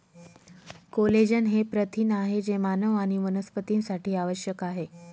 collagen हे प्रथिन आहे जे मानव आणि वनस्पतींसाठी आवश्यक आहे